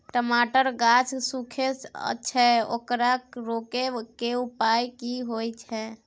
टमाटर के गाछ सूखे छै ओकरा रोके के उपाय कि होय है?